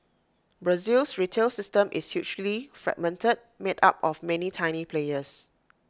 Brazil's retail system is hugely fragmented made up of many tiny players